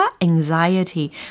anxiety